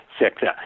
sector